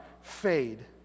fade